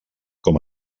com